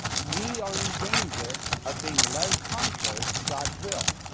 we are in danger of being led contrary to god's will.